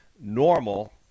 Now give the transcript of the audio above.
normal